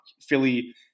Philly –